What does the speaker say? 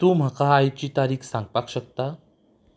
तूं म्हाका आयची तारीख सांगपाक शकता